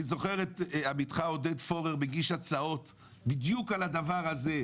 אני זוכר את עמיתך עודד פורר מגיש הצעות בדיוק על הדבר הזה,